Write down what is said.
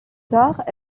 tard